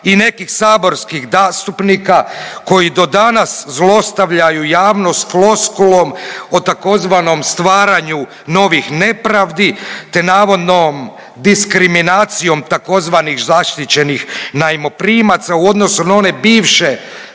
i nekih saborskih zastupnika koji do danas zlostavljaju javnost floskulom o tzv. stvaranju novih nepravdi te navodnom diskriminacijom tzv. zaštićenih najmoprimca u odnosu na one bivše